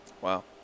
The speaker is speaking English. wow